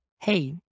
Hey